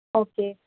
okay